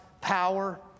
power